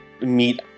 meet